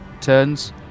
turns